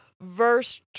verse